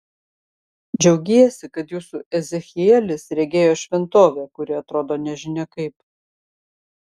džiaugiesi kad jūsų ezechielis regėjo šventovę kuri atrodo nežinia kaip